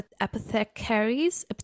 apothecaries